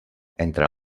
entre